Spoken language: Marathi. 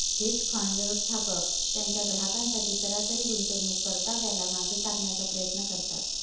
हेज फंड, व्यवस्थापक त्यांच्या ग्राहकांसाठी सरासरी गुंतवणूक परताव्याला मागे टाकण्याचा प्रयत्न करतात